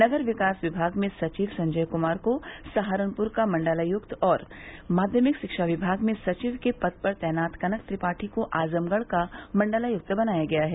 नगर विकास विभाग में सचिव संजय कुमार को सहारनपुर का मण्डलायुक्त और माध्यमिक शिक्षा विभाग में सचिव के पद पर तैनात कनक त्रिपाठी को आजमगढ़ का मण्डलायक्त बनाया गया है